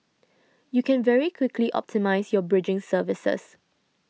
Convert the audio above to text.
you can very quickly optimise your bridging services